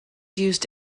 used